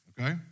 okay